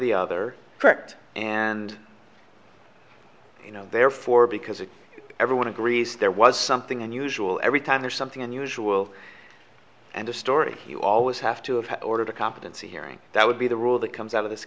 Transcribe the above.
the other correct and you know there are four because everyone agrees there was something unusual every time there's something unusual and a story you always have to have ordered a competency hearing that would be the rule that comes out of this